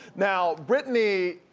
now britney,